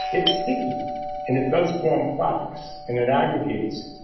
it's sticky and it does form plaques and it aggregates.